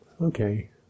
okay